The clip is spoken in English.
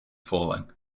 falling